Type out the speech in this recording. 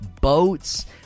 boats